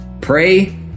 Pray